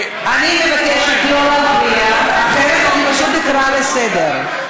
אני מבקשת, אחרת אני פשוט אקרא לסדר.